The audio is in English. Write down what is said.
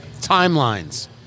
timelines